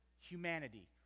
humanity